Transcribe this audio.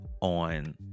on